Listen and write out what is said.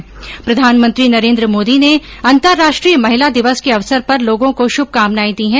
प्रधानमंत्री नरेन्द्र मोदी ने अंतर्राष्ट्रीय महिला दिवस के अवसर पर लोगों को शुभकामनाएं दी हैं